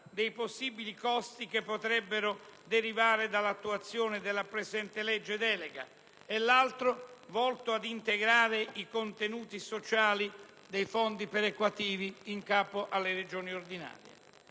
dei possibili costi che potrebbero derivare dall'attuazione della presente legge delega e l'altro volto ad integrare i contenuti sociali dei fondi perequativi in capo alle Regioni ordinarie.